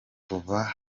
kuva